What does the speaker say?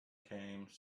came